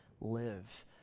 live